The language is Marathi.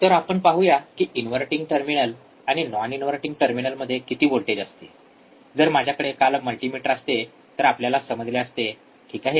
तर आपण पाहूया कि इनव्हर्टिंग टर्मिनल आणि नाॅन इनव्हर्टिंग टर्मिनलमध्ये किती व्होल्टेज असते जर माझ्याकडे काल मल्टीमीटर असते तर आपल्याला समजले असते ठीक आहे